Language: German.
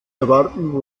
erwarten